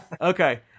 Okay